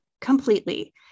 Completely